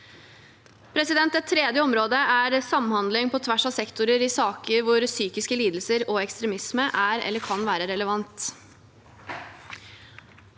Et tredje område er samhandling på tvers av sektorer i saker hvor psykiske lidelser og ekstremisme er eller kan være relevant.